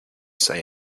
say